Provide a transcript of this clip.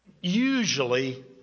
usually